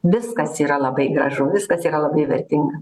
viskas yra labai gražu viskas yra labai vertinga